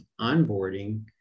onboarding